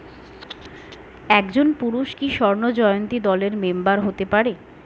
একজন পুরুষ কি স্বর্ণ জয়ন্তী দলের মেম্বার হতে পারে?